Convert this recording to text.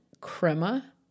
crema